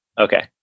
Okay